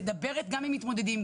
מדברת גם עם מתמודדים,